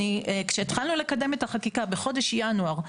כשהתחלנו לקדם את החקיקה בחודש ינואר,